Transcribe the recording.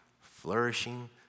flourishing